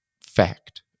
fact